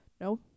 No